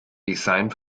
design